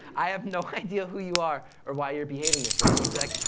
i have no idea who you are or why you're behaving this way. and he'd be like,